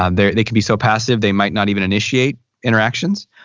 um they they can be so passive they might not even initiate interactions.